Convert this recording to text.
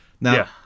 Now